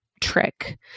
trick